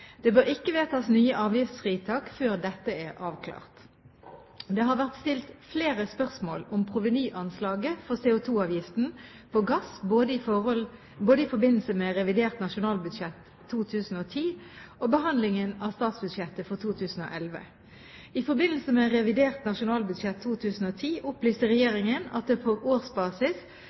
Det bør ikke vedtas nye avgiftsfritak før dette er avklart. Det har vært stilt flere spørsmål om provenyanslaget for CO2-avgiften på gass både i forbindelse med revidert nasjonalbudsjett 2010 og behandlingen av statsbudsjettet for 2011. I forbindelse med revidert nasjonalbudsjett for 2010 opplyste regjeringen at det på årsbasis